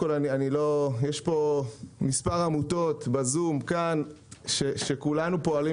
ישפה מספר עמותות בזום וכאן שכולנו פועלים